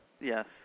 Yes